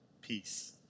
peace